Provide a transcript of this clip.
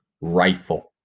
rifle